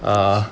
uh